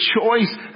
choice